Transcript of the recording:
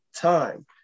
time